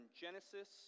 Genesis